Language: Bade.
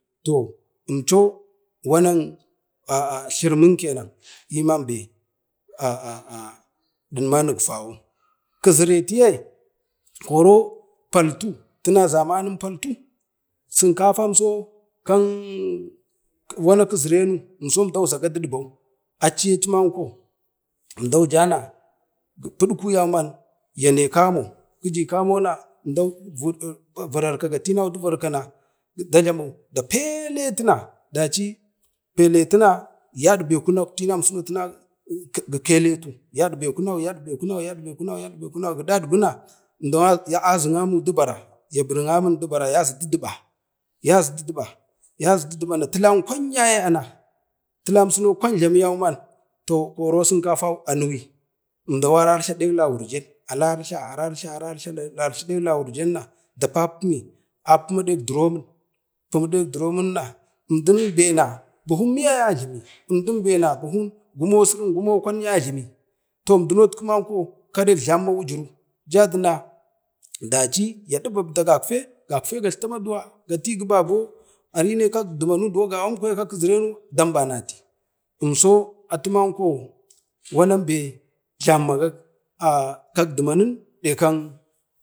toh moco wanak, aa tlurumin kenan yiman be aaa delman nukvawo tiziretiye tiye, koro paltu tina zamanin paltu sinkafa so kan wanan kezire imso əmdau zaga duɗabo aci aciye ti manko. emdau jana pudku yauman yane kamo kiji kamo na emdan uu vararkaga ninai dau pelletina, daci peletinu yaɗbe i tinamso keletu yaɗbe kornan yadbe kunau gaɗaɗbuna emdan azu amun diba na ya burik amin du bara ya zu dduduɓa, ya az duduɓa yaz duduba n tilan kwan yaye ana, tilamso kwan jlawu yauman toh koro sinkafau anuwyi əmdau aramtha deng lawurjan a rartla arartla a ratla rartlu deng lawurjanna dapappi mi apapuma dek dromin, pumu ɗek dromima əmdam bena buhun miya ya ajlemi gumo emdun bena gumo sirrin, gumo kwan yajlumi tom emduno tiku manko kareg jlamuma wujuru jadina daci yaɗubabda gafke. gafke getleti a maduwa, gagti gubabu arine kakdumanu emdo gawawon kwaya kak kezirenu dambanati emso atu manko wanan be vanam ben jlamumago kak dumanin de kang.